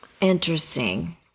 Interesting